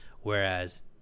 Whereas